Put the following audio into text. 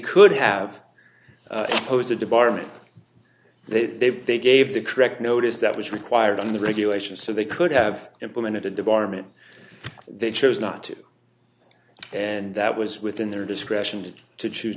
could have closed the department they they they gave the correct notice that was required in the regulations so they could have implemented a department they chose not to and that was within their discretion to choose